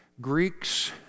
Greeks